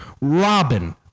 Robin